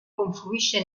confluisce